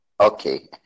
Okay